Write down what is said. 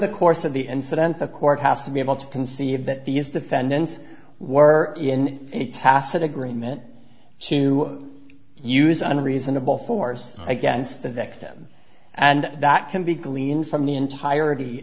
the course of the incident the court has to be able to conceive that these defendants were in a tacit agreement to use on reasonable force against the victim and that can be gleaned from the entire